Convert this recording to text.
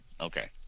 Okay